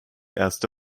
erste